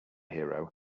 hero